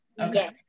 Okay